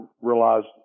realized